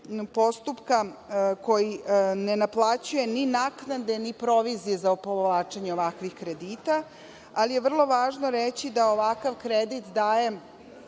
postupka koji ne naplaćuje ni naknade ni provizije za povlačenje ovakvih kredita. Vrlo je važno reći da ovakav kredit daje